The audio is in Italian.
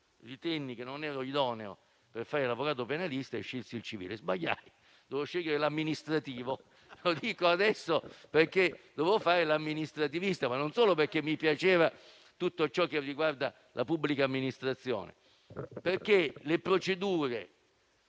ritenni che non ero idoneo per fare l'avvocato penalista e scelsi il civile. Sbagliai, perché dovevo scegliere l'amministrativo. Lo dico adesso perché dovevo fare l'amministrativista: non solo perché mi piaceva tutto ciò che riguarda la pubblica amministrazione, ma perché le procedure